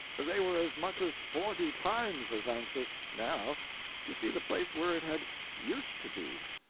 they were as much as forty times as anxious now to see the place where it had used to be.